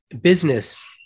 business